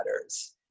matters